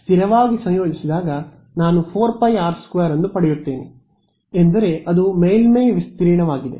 ಆದ್ದರಿಂದ ನೀವು ಇದನ್ನು ಸ್ಥಿರವಾಗಿ ಸಂಯೋಜಿಸಿದಾಗ ನಾನು 4πr 2 ಅನ್ನು ಪಡೆಯುತ್ತೇನೆ ಎಂದರೆ ಅದು ಮೇಲ್ಮೈ ವಿಸ್ತೀರ್ಣವಾಗಿದೆ